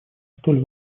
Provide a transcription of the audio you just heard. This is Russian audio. столь